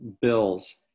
bills